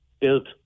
built